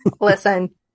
listen